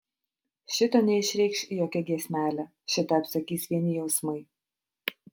šito neišreikš jokia giesmelė šitą apsakys vieni jausmai